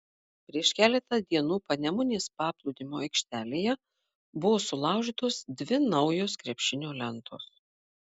prieš keletą dienų panemunės paplūdimio aikštelėje buvo sulaužytos dvi naujos krepšinio lentos